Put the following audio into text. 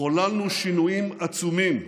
חוללנו שינויים עצומים: